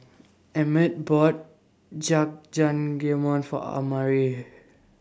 Emett bought Jajangmyeon For Amari